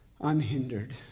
unhindered